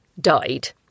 died